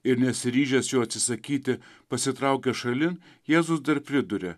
ir nesiryžęs jo atsisakyti pasitraukia šalin jėzus dar priduria